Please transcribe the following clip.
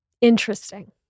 interesting